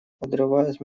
подрывает